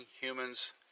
humans